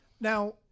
now